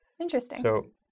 Interesting